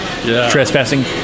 Trespassing